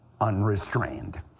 unrestrained